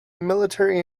military